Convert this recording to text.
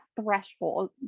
threshold